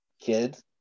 kids